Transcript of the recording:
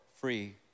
free